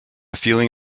feeling